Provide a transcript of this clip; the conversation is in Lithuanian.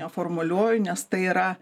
neformaliuoju nes tai yra